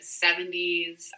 70s